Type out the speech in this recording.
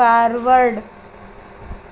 forward